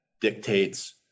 dictates